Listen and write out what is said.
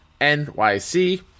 NYC